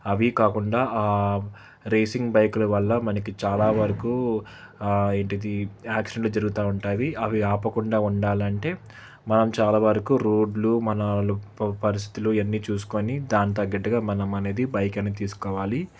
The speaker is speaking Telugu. అవీ కాకుండా రేసింగ్ బైకుల వల్ల మనకి చాలా వరకు ఏంటిది యాక్సిడెంట్లు జరుగుతూ ఉంటాయి అవి ఆపకుండా ఉండాలంటే మనం చాలా వరకు రోడ్లు మన పరిస్థితులు ఇయన్నీ చూసుకొని దాని తగ్గట్టుగా మనమనేది బైక్ అనేది తీసుకోవాలి